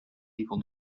people